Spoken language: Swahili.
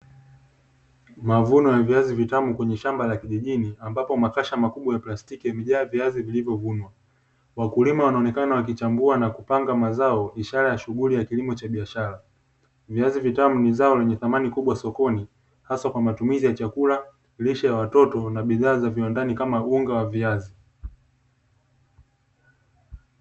Mavunonya viazi vitamu kwenye shamba la kijijini ambapo makasha makubwa ya plastiki yamejaa viazi vilivyovunwa, wakulima wanachambua na kupanga mazao ishara ya shughuli ya kilimo cha biashara, viazi vitamu ni zao lenye thamani kubwa sokoni hasa kwa matumizi ya chakula, lishe ya watoto na bidhaa za viwandani kama unga wa viazi.